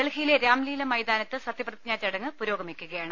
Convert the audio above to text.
ഡൽഹിയിലെ രാംലീലമൈതാനത്ത് സത്യപ്രതിജ്ഞാ ചടങ്ങ് പുരോഗമിക്കുകയാണ്